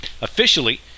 officially